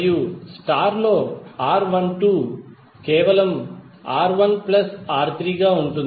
మరియు స్టార్ లో R12 కేవలం R1 ప్లస్ R3 గా ఉంటుంది